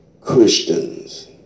Christians